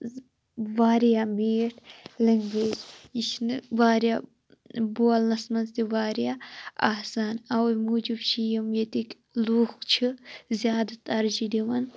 وارِیاہ میٹھۍ لنٛگویج یہِ چھنہٕ وارِیاہ بولنَس منٛز تہِ وارِیاہ آسان اوے موجوٗب چھِ یم ییٚتک لُکھ چھ زیادٕ تَر چھ دِوان